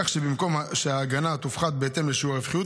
כך שבמקום שההגנה תופחת בהתאם לשיעור הרווחיות,